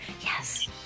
Yes